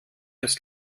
ist